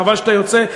חבל שאתה יוצא,